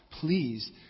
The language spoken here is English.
please